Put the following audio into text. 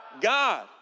God